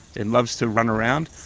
and loves to run around,